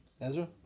Ezra